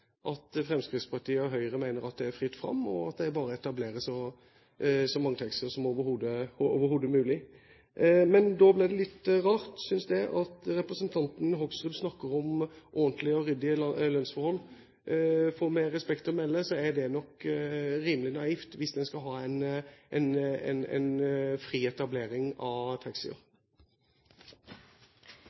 at Fremskrittspartiet og Høyre mener at det er fritt fram, og at det er bare å etablere så mange taxier som overhodet mulig. Men da blir det litt rart, synes jeg, at representanten Hoksrud snakker om ordentlige og ryddige arbeidsforhold, for med respekt å melde er det nok rimelig naivt hvis man skal ha en fri etablering av taxier.